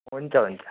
हुन्छ हुन्छ